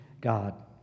God